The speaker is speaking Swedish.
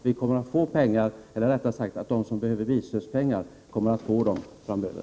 Vi är nu tacksamma för att de som behöver bilstödspengar kommer att få sådana framöver.